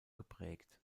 geprägt